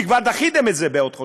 כי כבר דחיתם את זה בעוד חודשיים.